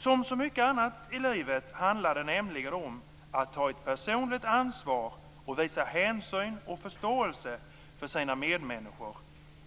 Som så mycket annat i livet handlar det nämligen om att ta ett personligt ansvar och visa hänsyn och förståelse för sina medmänniskor,